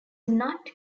not